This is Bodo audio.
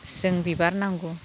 जोंनो बिबार नांगौ